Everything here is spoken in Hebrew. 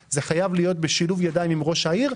זה חייב להיות בשילוב ידיים עם ראש העיר,